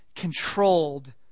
controlled